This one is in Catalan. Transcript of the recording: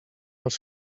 dels